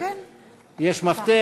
יש מפתח?